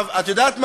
את יודעת מה?